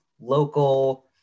local